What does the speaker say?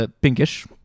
pinkish